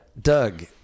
Doug